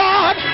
God